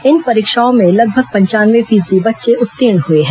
इन परीक्षाओं में लगभग पंचानवे फीसदी बच्चे उत्तीर्ण हुए हैं